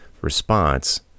response